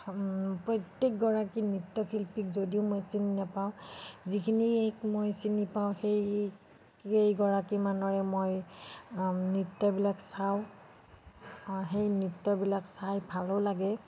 প্ৰত্যেকগৰাকী নৃত্য শিল্পীক যদিও মই চিনি নাপাওঁ যিখিনিক মই চিনি পাওঁ সেই কেইগৰাকীমানৰে মই নৃত্যবিলাক চাওঁ অঁ সেই নৃত্যবিলাক চাই ভালো লাগে